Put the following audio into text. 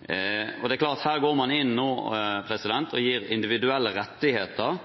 Det er klart at her går man inn og gir individuelle rettigheter